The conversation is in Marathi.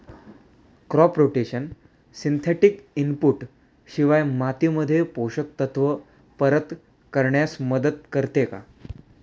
क्रॉप रोटेशन सिंथेटिक इनपुट शिवाय मातीमध्ये पोषक तत्त्व परत करण्यास मदत करते का?